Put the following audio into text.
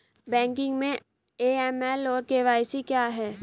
Banking में AML और KYC क्या हैं?